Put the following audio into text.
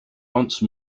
once